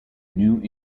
new